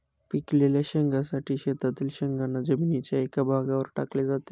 पिकलेल्या शेंगांसाठी शेतातील शेंगांना जमिनीच्या एका भागावर टाकले जाते